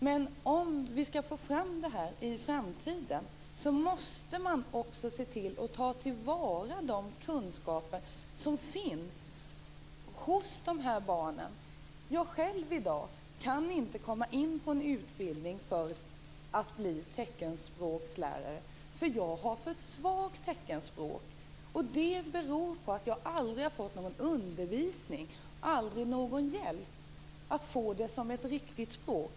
Men om man skall få fram teckenspråkslärare i framtiden, måste man ta till vara de kunskaper som finns hos de här barnen. Jag själv kan i dag inte komma in på en utbildning för att bli teckenspråkslärare, därför att jag har för svagt teckenspråk. Det beror på att jag aldrig har fått någon undervisning och aldrig någon hjälp att få teckenspråket som ett riktigt språk.